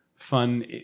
fun